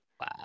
wow